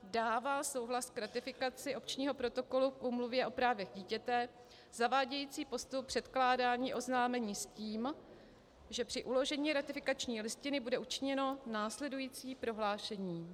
1. dává souhlas k ratifikaci Opčního protokolu k Úmluvě o právech dítěte zavádějící postup předkládání oznámení, s tím, že při uložení ratifikační listiny bude učiněno následující prohlášení: